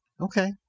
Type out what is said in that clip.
okay